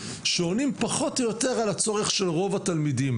שעונים פחות או יותר על הצורך של רוב התלמידים.